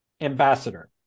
ambassador